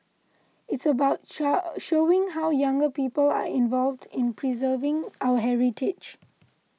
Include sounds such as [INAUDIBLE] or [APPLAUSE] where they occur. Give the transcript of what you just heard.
it's about [HESITATION] showing how younger people are involved in preserving our heritage